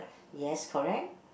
yes correct